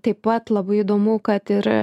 taip pat labai įdomu kad ir